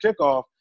kickoff